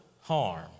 harm